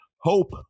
hope